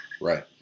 Right